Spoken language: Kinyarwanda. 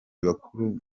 bakuru